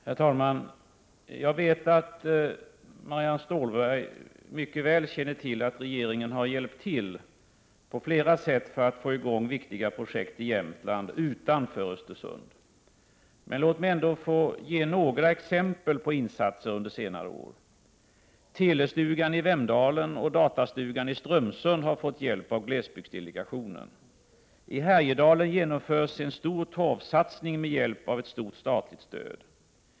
Herr talman! Jag vet att Marianne Stålberg mycket väl känner till att regeringen har hjälpt till på flera sätt för att få i gång viktiga projekt i Jämtland utanför Östersund, men låt mig ändå få ge några exempel på insatser under senare år. Telestugan i Vemdalen och Datastugan i Strömsund har fått hjälp av glesbygdsdelegationen. I Härjedalen genomförs en stor torvsatsning med hjälp av ett stort statligt stöd.